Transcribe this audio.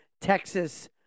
Texas